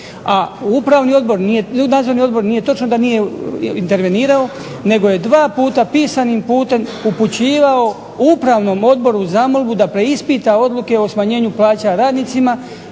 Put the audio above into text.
A upravni odbor, nadzorni odbor nije točno da nije intervenirao, nego je dva puta pisanim putem upućivao upravnom odboru zamolbu da preispita odluke o smanjenju plaća radnicima